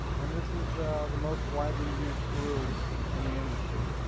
and this is the the most widely used screw in the industry.